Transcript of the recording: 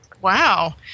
Wow